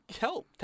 Help